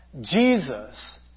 Jesus